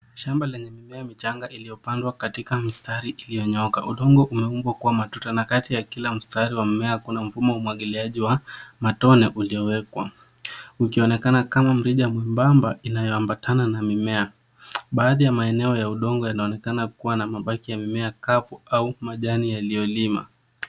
Shamba lenye mimea michanga iliyopandwa katika mstari iliyonyooka. Udongo umeundwa kuwa matuta na kati wa kila mstari wa mimea kuna mfumo wa umwagiliaji wa matone uliowekwa ukionekana kama mrija mwembamba inayoambatana na mimea. Baadhi ya maeneo ya udogo yanaonekana kuwa na mabaki ya mimea kavu au majani yaliyolima.